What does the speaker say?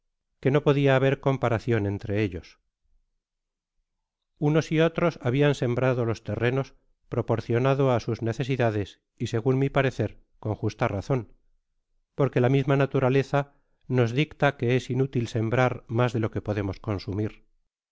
que no podia haber comparacion entre ellos uno y otros habían sembrado los terrenos proporcionados á sus necesidades y segun mi parecer con justa razon porque a misma naturaleza nos dicta que es inutil sembrar mas de jo que podemos consumir